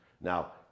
Now